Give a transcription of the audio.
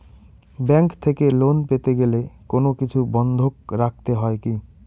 Bank থেকে loan পেতে গেলে কোনো কিছু বন্ধক রাখতে হয় কি?